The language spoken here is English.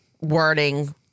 wording